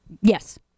yes